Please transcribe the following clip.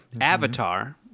Avatar